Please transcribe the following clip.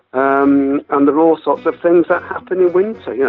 um um there're all sorts of things that happen in winter. yeah